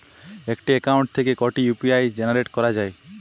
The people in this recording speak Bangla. একটি অ্যাকাউন্ট থেকে কটি ইউ.পি.আই জেনারেট করা যায়?